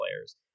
players